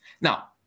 Now